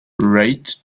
rate